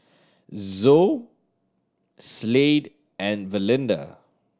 Zoe Slade and Valinda